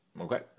Okay